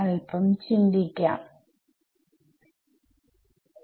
അപ്പോൾ നമുക്ക് plane wave ആശയം തൊട്ടു തുടങ്ങാം